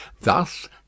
thus